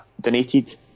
donated